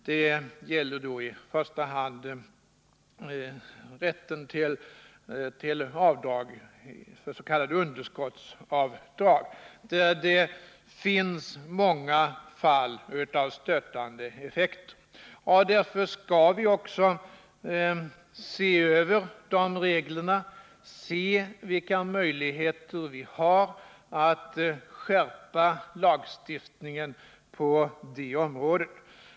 Det gäller då i första hand rätten till s.k. underskottsavdrag. Där finns många fall av stötande effekter. Därför skall vi också se över reglerna och undersöka vilka möjligheter vi har att skärpa lagstiftningen på det området.